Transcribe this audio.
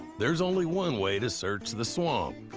there's only one way to search the swamp,